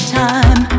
time